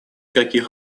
каких